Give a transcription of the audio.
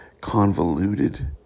convoluted